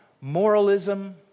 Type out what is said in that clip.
moralism